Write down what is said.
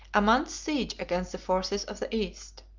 a month's siege against the forces of the east.